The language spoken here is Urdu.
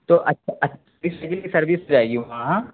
تو اچھا اچھا اس سائیکل کی سروس ہو جائے گی وہاں